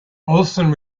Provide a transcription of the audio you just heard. olsen